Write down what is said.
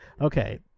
Okay